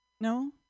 no